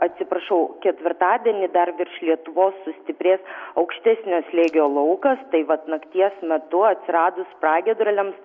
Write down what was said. atsiprašau ketvirtadienį dar virš lietuvos sustiprės aukštesnio slėgio laukas tai vat nakties metu atsiradus pragiedruliams